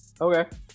Okay